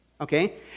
Okay